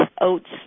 oats